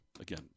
Again